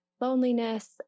loneliness